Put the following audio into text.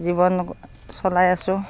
জীৱন চলাই আছোঁ